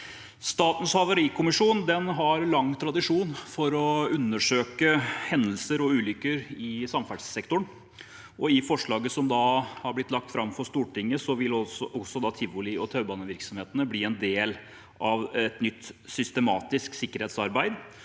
Statens havarikommisjon har lang tradisjon for å undersøke hendelser og ulykker i samferdselssektoren. I forslaget som har blitt lagt fram for Stortinget, vil også tivoli- og taubanevirksomhetene bli en del av et nytt systematisk sikkerhetsarbeid